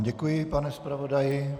Děkuji vám, pane zpravodaji.